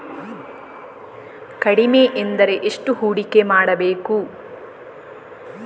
ಕಡಿಮೆ ಎಂದರೆ ಎಷ್ಟು ಹೂಡಿಕೆ ಮಾಡಬೇಕು?